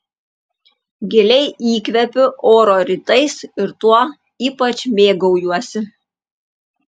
giliai įkvepiu oro rytais ir tuo ypač mėgaujuosi